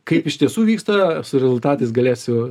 kaip iš tiesų vyksta su rezultatais galėsiu